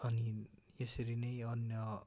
अनि यसरी नै अन्य